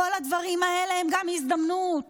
כל הדברים האלה הם גם הזדמנות.